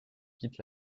quitte